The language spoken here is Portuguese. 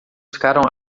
ficaram